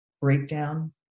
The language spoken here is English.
breakdown